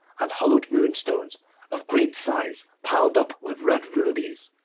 and hollowed moonstones of great size piled up with red rubies.